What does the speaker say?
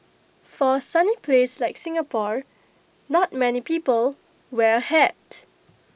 for A sunny place like Singapore not many people wear A hat